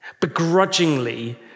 begrudgingly